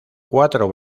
cuatro